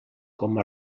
com